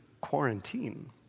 quarantine